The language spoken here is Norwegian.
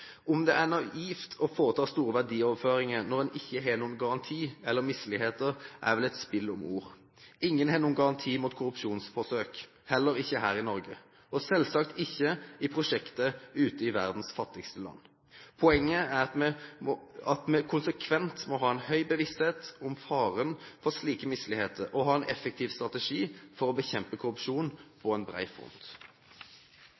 Om det er naivt å foreta store verdioverføringer når en ikke har noen garanti mot misligheter, er vel et spill om ord. Ingen har noen garanti mot korrupsjonsforsøk, heller ikke her i Norge, og selvsagt ikke i prosjekter ute i verdens fattigste land. Poenget er at vi konsekvent må ha en høy bevissthet om faren for slike misligheter, og vi må ha en effektiv strategi for å bekjempe korrupsjon